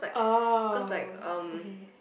oh okay